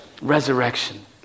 Resurrection